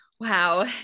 Wow